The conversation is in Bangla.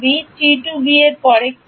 ছাত্র এর পরে কি